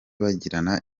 bagirana